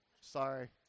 Sorry